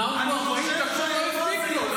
רבין: אני חושב -- נאם כבר 40 דקות, לא הספיק לו.